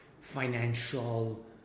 financial